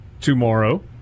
tomorrow